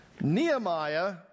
Nehemiah